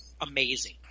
amazing